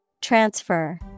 Transfer